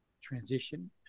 transition